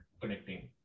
connecting